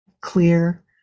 clear